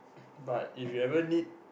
but if you ever need